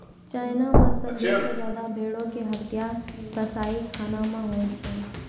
China मे सभ्भे से ज्यादा भेड़ो के हत्या कसाईखाना मे होय छै